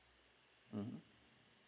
mm